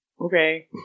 Okay